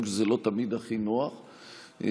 גם כשזה לא תמיד הכי נוח לקואליציה.